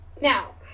Now